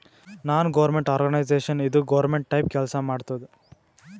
ನಾನ್ government organisation ಇದು government type ಕೆಲ್ಸಾ ಮಾಡತ್ತುದ್